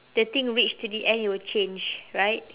the thing reach to the end it will change right